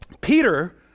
Peter